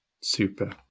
Super